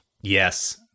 Yes